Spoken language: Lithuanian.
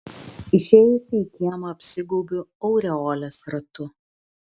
išėjusi į kiemą apsigaubiu aureolės ratu